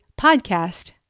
podcast